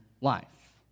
life